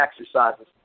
exercises